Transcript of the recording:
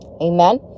amen